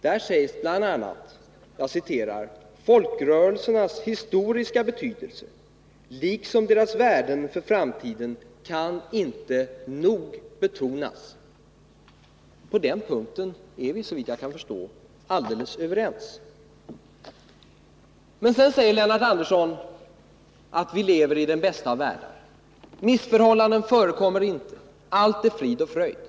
Där sägs bl.a.: ”Folkrörelsernas historiska betydelse liksom deras värden för framtiden kan inte nog betonas.” På den punkten är vi såvitt jag kan förstå alldeles överens. Men sedan säger Lennart Andersson att vi lever i den bästa av världar. Missförhållanden förekommer inte. Allt är frid och fröjd.